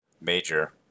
major